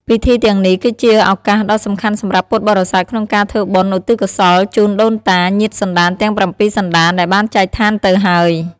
ពិធីទាំងនេះ គឺជាឱកាសដ៏សំខាន់សម្រាប់ពុទ្ធបរិស័ទក្នុងការធ្វើបុណ្យឧទ្ទិសកុសលជូនដូនតា ញាតិសន្តានទាំងប្រាំពីរសន្តានដែលបានចែកឋានទៅហើយ។